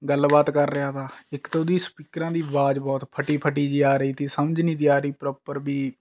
ਗੱਲਬਾਤ ਕਰ ਰਿਹਾ ਤਾ ਇੱਕ ਤਾਂ ਉਹਦੀ ਸਪੀਕਰਾਂ ਦੀ ਆਵਾਜ਼ ਬਹੁਤ ਫਟੀ ਫਟੀ ਜੀ ਆ ਰਹੀ ਸੀ ਸਮਝ ਨਹੀਂ ਸੀ ਆ ਰਹੀ ਪਰੋਪਰ ਬੀ